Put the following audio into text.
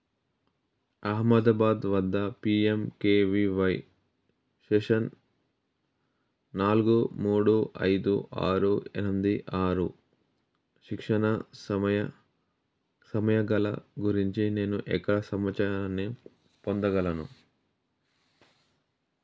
అహ్మదబాద్ వద్ద PMKVY session నాలుగు మూడు ఐదు ఆరు ఎనిమిది ఆరు శిక్షణా సమయ సమయంగల గురించి నేను ఎక్కడ సమాచారాన్ని పొందగలను